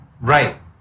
Right